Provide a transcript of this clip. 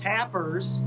Tapper's